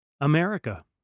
America